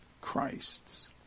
Christ's